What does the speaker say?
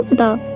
the